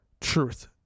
truth